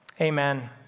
Amen